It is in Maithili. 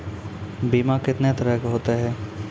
बीमा कितने तरह के होते हैं?